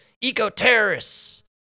eco-terrorists